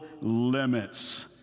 limits